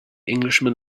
englishman